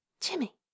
Jimmy